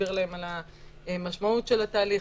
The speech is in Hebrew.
להסביר להם על המשמעות של התהליך,